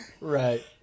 Right